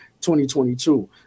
2022